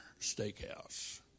Steakhouse